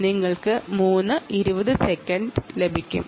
നിങ്ങൾക്ക് 320 സെക്കൻഡ് ലഭിക്കും